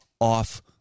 off